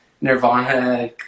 Nirvana